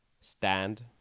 stand